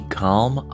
calm